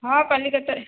ହଁ କଲିକତା